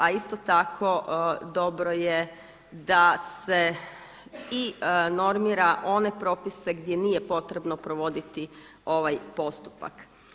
A isto tako dobro je da se i normira one propise gdje nije potrebno provoditi ovaj postupak.